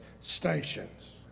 stations